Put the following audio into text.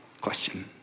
question